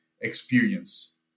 experience